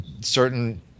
certain